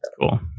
Cool